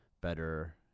better